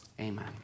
amen